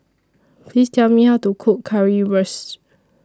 Please Tell Me How to Cook Currywurst